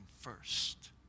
first